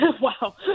Wow